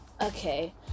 Okay